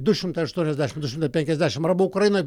du šimtai aštuoniasdešimt du šimtai penkiasdešimt arba ukrainoj